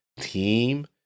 team